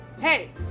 hey